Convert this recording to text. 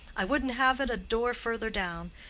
i wouldn't have it a door further down.